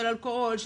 של אלכוהול,